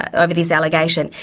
over this allegation,